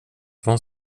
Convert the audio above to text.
vad